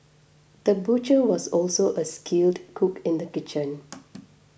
the butcher was also a skilled cook in the kitchen